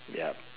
ya